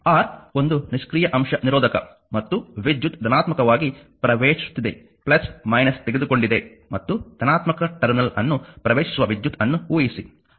R ಒಂದು ನಿಷ್ಕ್ರಿಯ ಅಂಶ ನಿರೋಧಕ ಮತ್ತು ವಿದ್ಯುತ್ ಧನಾತ್ಮಕವಾಗಿ ಪ್ರವೇಶಿಸುತ್ತಿದೆ ತೆಗೆದುಕೊಂಡಿದೆ ಮತ್ತು ಧನಾತ್ಮಕ ಟರ್ಮಿನಲ್ ಅನ್ನು ಪ್ರವೇಶಿಸುವ ವಿದ್ಯುತ್ ಅನ್ನು ಊಹಿಸಿ